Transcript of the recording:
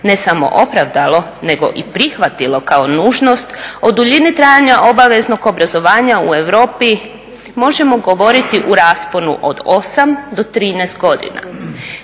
ne samo opravdalo nego i prihvatilo kao nužnost o duljini trajanja obaveznog obrazovanja u Europi možemo govoriti u rasponu od 8 do 13 godina.